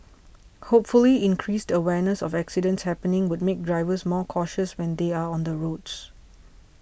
hopefully increased awareness of accidents happening would make drivers more cautious when they are on the roads